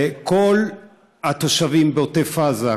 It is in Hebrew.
וכל התושבים בעוטף עזה,